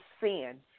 sin